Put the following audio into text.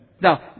Now